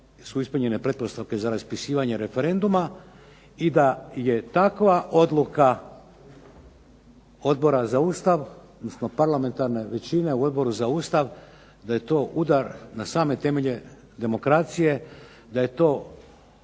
su ispunjene pretpostavke za raspisivanje referenduma i da je takva odluka Odbora za Ustav, parlamentarne većine u Odboru za Ustav, da je to udar na same temelje demokracije, da je to